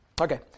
Okay